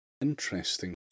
Interesting